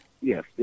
Yes